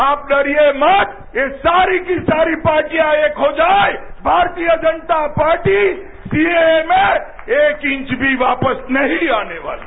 आप डरीए मत ये सारी की सारी पार्टियां एक हो जाएं Bharatiya Janata party C A A में एक इंच भी वापस नहीं आनेवाली